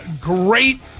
great